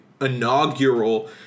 inaugural